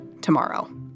tomorrow